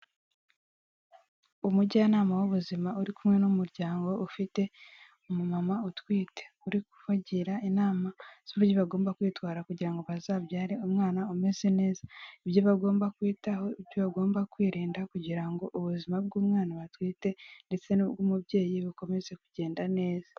Umujyanama w'ubuzima uri kumwe n'umuryango ufite umumama utwite, uri kubagira inama z'uburyo bagomba kwitwara kugira ngo bazabyare umwana umeze neza, ibyo bagomba kwitaho, ibyo bagomba kwirinda, kugira ngo ubuzima bw'umwana batwite ndetse n'ubw'umubyeyi bukomeze kugenda neza.